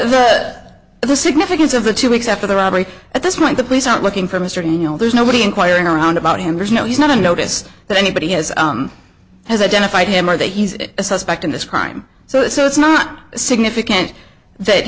but the significance of the two weeks after the robbery at this point the police are looking for mr no there's nobody inquiring around about him there's no he's not on notice that anybody has has identified him or that he's a suspect in this crime so it's so it's not significant that